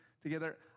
together